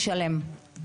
משלם.